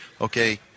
Okay